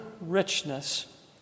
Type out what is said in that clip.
richness